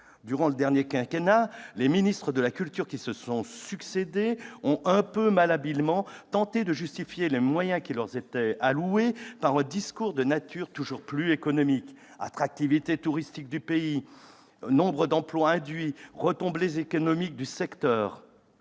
Durant le dernier quinquennat, les ministres de la culture qui se sont succédé ont, de façon un peu malhabile, tenté de justifier les moyens qui leur étaient alloués par un discours de nature toujours plus économique- attractivité touristique du pays, nombre d'emplois induits, retombées économiques du secteur